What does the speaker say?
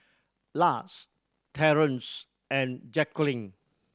Lars Terrance and Jacqueline